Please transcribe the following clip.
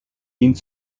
dient